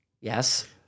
yes